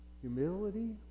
Humility